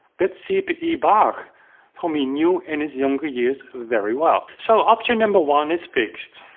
but c p e bach whom he knew in his younger years very well. so option number one is fixed.